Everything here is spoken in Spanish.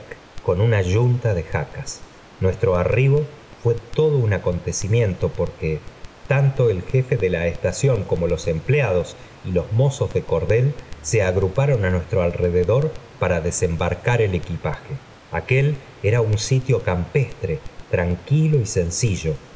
con una yunta de jacas nuestro arribo fuó todo un acontecimiento porque tanto el jefe de la estación como los empleados y los mozos de cordel se agruparon á nuestro alrededor para desembarcar el equipaje aquel era un sitio campestre tranquilo y sencillo